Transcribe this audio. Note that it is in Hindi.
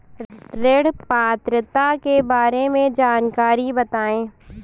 ऋण पात्रता के बारे में जानकारी बताएँ?